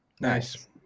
Nice